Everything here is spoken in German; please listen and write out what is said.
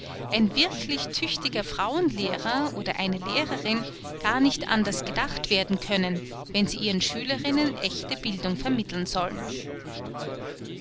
ein wirklich tüchtiger frauenlehrer oder eine lehrerin gar nicht anders gedacht werden können wenn sie ihren schülerinnen ächte bildung vermitteln sollen